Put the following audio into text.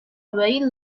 away